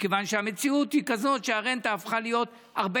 מכיוון שהמציאות היא כזאת שהרנטה הפכה להיות הרבה